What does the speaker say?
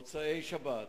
במוצאי שבת,